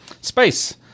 Space